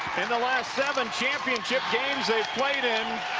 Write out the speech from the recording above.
in the last seven championship games they've played in